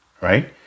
right